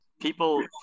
People